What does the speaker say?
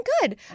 good